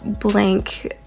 blank